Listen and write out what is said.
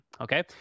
Okay